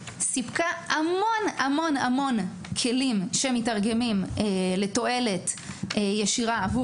סיפקה הרבה כלים שמיתרגמים לתועלת ישירה עבור